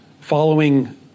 following